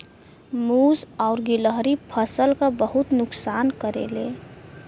मुस और गिलहरी फसल क बहुत नुकसान करेले